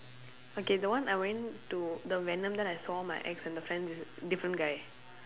okay the one I went to the venom then I saw my ex and the friends is different guy